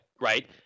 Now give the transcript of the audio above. right